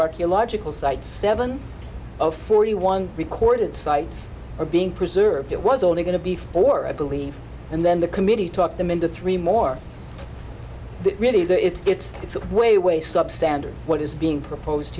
archaeological sites seven of forty one recorded sites are being preserved it was only going to be for a belief and then the committee talked them into three more really it's it's way way substandard what is being proposed